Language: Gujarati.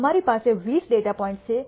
અમારી પાસે 20 ડેટા પોઇન્ટ છે